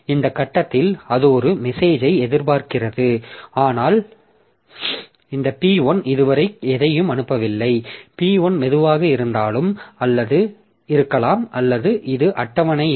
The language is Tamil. இந்த கட்டத்தில் அது ஒரு மெசேஜ்யை எதிர்பார்க்கிறது ஆனால் இந்த P1 இதுவரை எதையும் அனுப்பவில்லை P1 மெதுவாக இருக்கலாம் அல்லது இது அட்டவணை இல்லை